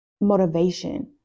motivation